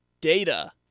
data